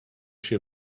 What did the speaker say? się